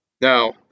Now